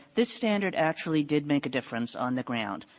this standard actually did make a difference on the ground,